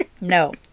No